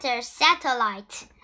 satellite